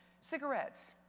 Cigarettes